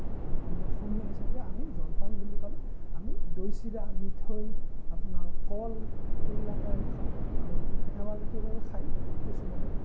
আৰু আমাৰ অসমীয়া হিচাপে আমি জলপান বুলি ক'লে আমি দৈ চিৰা মিঠৈ আপোনাৰ কল সেইবিলাকেই আমি খাওঁ আৰু আপোনাৰ এৱাঁ গাখীৰেৰেও খায় কিছুমানে